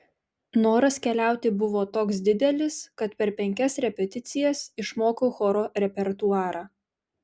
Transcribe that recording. noras keliauti buvo toks didelis kad per penkias repeticijas išmokau choro repertuarą